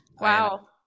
wow